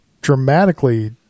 dramatically